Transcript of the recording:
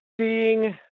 seeing